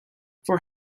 for